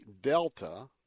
Delta